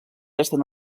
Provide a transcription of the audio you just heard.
resten